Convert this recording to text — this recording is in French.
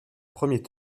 premier